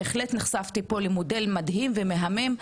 בהחלט נחשפתי פה למודל מדהים ומהמם,